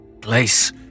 place